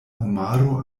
homaro